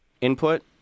input